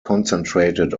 concentrated